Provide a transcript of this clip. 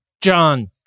John